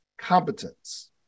Competence